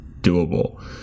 doable